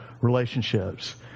relationships